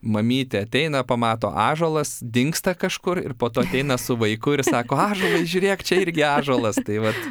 mamytė ateina pamato ąžuolas dingsta kažkur ir po to ateina su vaiku ir sako ąžuolai žiūrėk čia irgi ąžuolas tai vat